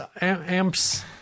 Amps